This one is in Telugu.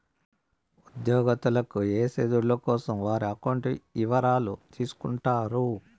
ఉద్యోగత్తులకు ఏసే దుడ్ల కోసం వారి అకౌంట్ ఇవరాలు తీసుకుంటారు